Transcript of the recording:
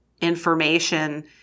information